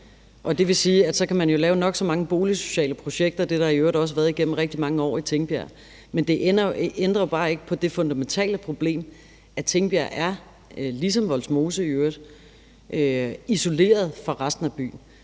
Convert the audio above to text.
resten af byen. Så kan man jo lave nok så mange boligsociale projekter – det har der i øvrigt også været igennem rigtig mange år i Tingbjerg – men det ændrer jo bare ikke det fundamentale problem, at Tingbjerg er, ligesom Vollsmose i øvrigt, isoleret fra resten af byen.